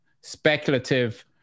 speculative